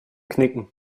knicken